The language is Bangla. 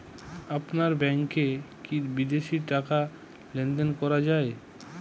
আপনার ব্যাংকে কী বিদেশিও টাকা লেনদেন করা যায়?